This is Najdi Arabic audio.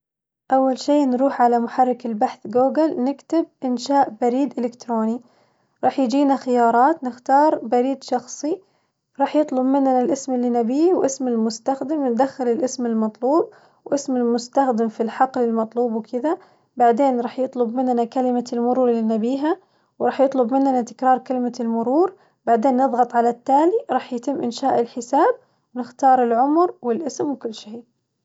أول شي نروح على محرك البحث قوقل نكتب إنشاء بريد إلكتروني، راح ييجينا خيارات نختار بريد شخصي راح يطلب مننا الاسم اللي نبيه واسم المستخدم، ندخل الاسم المطلوب واسم المستخدم في الحقل المطلوب وكذا، بعدين راح يطلب مننا كلمة المرور اللي نبيها وراح يطلب مننا تكرار كلمة المرور، بعدين نظغط على التالي راحج يتم إنشاء الحساب ونختار العمر والاسم وكل شي.